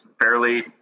fairly